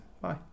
bye